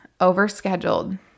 overscheduled